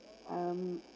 um